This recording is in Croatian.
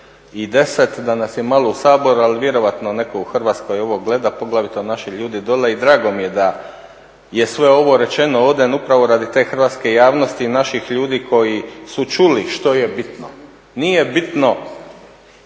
je 20,10, da nas je malo u Saboru ali vjerojatno netko u Hrvatskoj ovo gleda, poglavito naši ljudi dolje, i drago mi je da je sve ovo rečeno ovdje upravo radi te hrvatske javnosti i naših ljudi koji su čuli što je bitno. Nije bitno